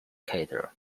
cutter